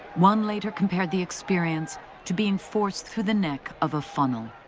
one later compared the experience to being forced through the neck of a funnel.